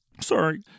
sorry